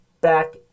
back